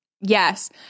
Yes